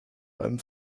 alben